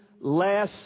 less